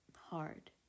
hard